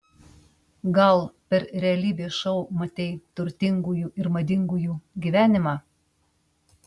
gal per realybės šou matei turtingųjų ir madingųjų gyvenimą